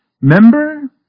member